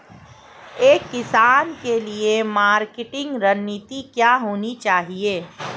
एक किसान के लिए मार्केटिंग रणनीति क्या होनी चाहिए?